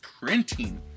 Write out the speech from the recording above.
printing